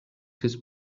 his